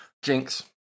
Jinx